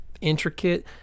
intricate